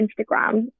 Instagram